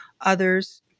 others